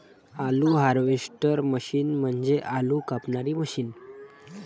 आलू harvester machine म्हणजे आलू कापणारी मशीन